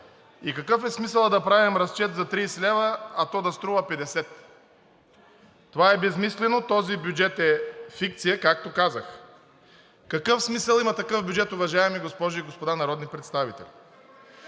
И какъв е смисълът да правим разчет за 30 лв., а то да струва 50? Това е безсмислено – този бюджет е фикция, както казах. Какъв смисъл има такъв бюджет, уважаеми госпожи и господа народни представители?